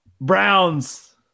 browns